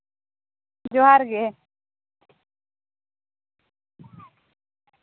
ᱡᱚᱦᱟᱨ ᱜᱮ